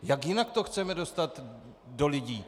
Jak jinak to chceme dostat do lidí?